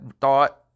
thought